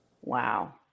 Wow